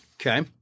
Okay